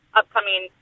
upcoming